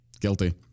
Guilty